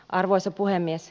arvoisa puhemies